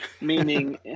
meaning